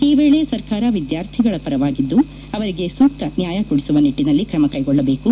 ಈ ವೇಳೆ ಸರ್ಕಾರ ವಿದ್ಯಾರ್ಥಿಗಳು ಪರವಾಗಿದ್ದು ಅವರಿಗೆ ಸೂಕ್ತ ನ್ಯಾಯ ಕೊಡಿಸುವ ನಿಟ್ಟನಲ್ಲಿ ಕ್ರಮಕೈಗೊಳ್ಳಬೇಕು